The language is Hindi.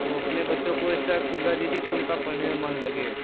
तो अपने बच्चों को इस तरह सुझाव दीजिए कि उनका पढ़ने में मन लगे